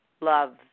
love